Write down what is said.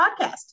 podcast